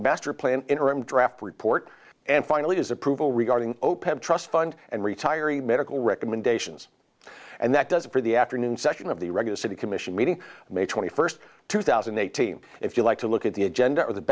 masterplan interim draft report and finally is approval regarding trust fund and retiree medical recommendations and that does it for the afternoon session of the regular city commission meeting may twenty first two thousand and eighteen if you like to look at the agenda for the